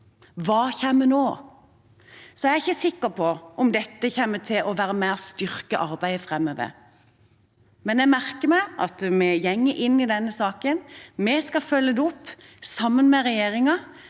Hva kommer nå? Jeg er ikke sikker på om dette kommer til å være med og styrke arbeidet framover, men jeg merker meg at vi går inn i denne saken. Vi skal følge det opp sammen med regjeringen,